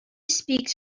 speaks